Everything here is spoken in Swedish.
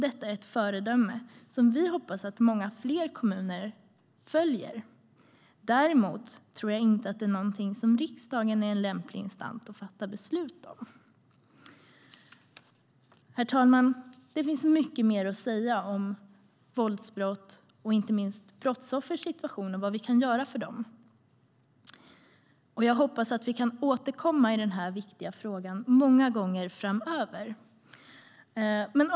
De är ett föredöme, och vi hoppas att många fler kommuner följer efter. Däremot tror jag inte att riksdagen är den lämpliga instansen när det gäller att fatta beslut om detta. Herr talman! Det finns mycket mer att säga om våldsbrott, brottsoffers situation och vad vi kan göra för dem. Jag hoppas att vi kan återkomma i den här viktiga frågan många gånger framöver.